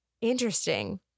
Interesting